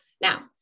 Now